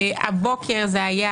הבוקר זה היה